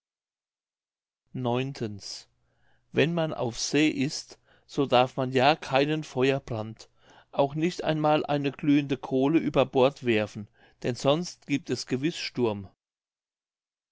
wenn man auf see ist so darf man ja keinen feuerbrand auch nicht einmal eine glühende kohle über bord werfen denn sonst giebt es gewiß sturm